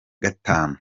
gatanu